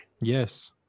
Yes